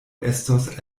estos